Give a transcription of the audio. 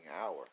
hour